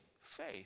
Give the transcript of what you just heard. faith